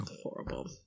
horrible